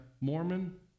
Mormon